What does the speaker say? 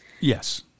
Yes